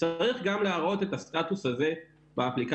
צריך גם להראות את הסטטוס הזה באפליקציה,